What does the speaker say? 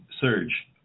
surge